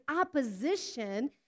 opposition